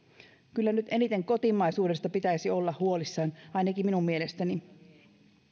kyllä nyt eniten kotimaisuudesta pitäisi olla huolissaan ainakin minun mielestäni